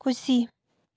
खुसी